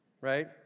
right